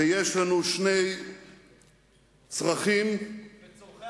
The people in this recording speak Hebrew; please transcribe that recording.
ויש לנו שני צרכים שנובעים, וצורכי